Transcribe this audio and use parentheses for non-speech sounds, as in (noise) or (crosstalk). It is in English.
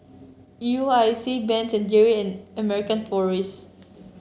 U I C Ben (unintelligible) and Jerry and American Tourist